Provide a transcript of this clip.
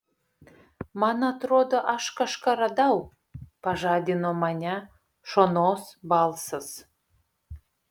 man atrodo aš kažką radau pažadino mane šonos balsas